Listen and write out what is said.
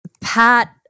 Pat